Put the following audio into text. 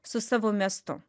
su savo miestu